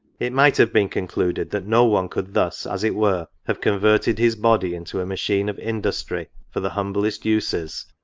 it might have been concluded that no one could thus, as it were, have converted his body into a machine of industry for the humblest uses,